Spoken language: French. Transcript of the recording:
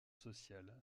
social